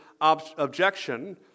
objection